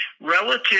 Relative